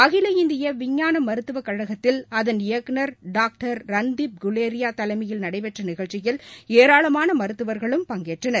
அகில இந்தியவிஞ்ஞானமருத்துவகழகத்தில் அதள் இயக்குநர் டாக்டர் ரந்தீப் குவேியாதலைமயில் நடைபெற்றநிகழ்ச்சியில் ஏராளமானமருத்துவர்களும் பங்கேற்றனர்